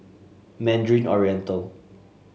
Mandarin Oriental